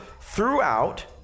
throughout